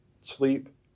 Sleep